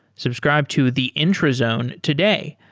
subscribe to the intrazone today.